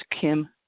Kim